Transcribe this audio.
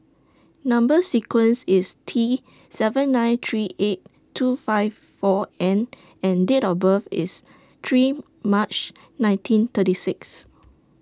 Number sequence IS T seven nine three eight two five four N and Date of birth IS three March nineteen thirty six